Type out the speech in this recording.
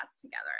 together